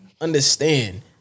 Understand